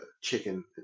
chicken